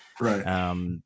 Right